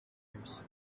years